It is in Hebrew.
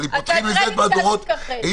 אתה כרגע כן מתכחש.